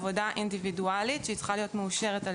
עבודה אינדיבידואלית שצריכה להיות מאושרת על